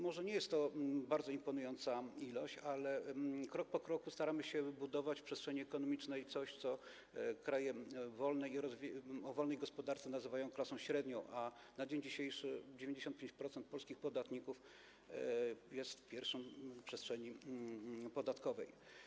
Może nie jest to bardzo imponująca ilość, ale krok po kroku staramy się wybudować w przestrzeni ekonomicznej coś, co kraje o wolnej gospodarce nazywają klasą średnią, a na dzień dzisiejszy 95% polskich podatników jest w pierwszej przestrzeni podatkowej.